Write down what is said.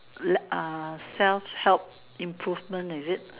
uh self help improvement is it